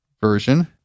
version